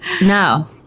no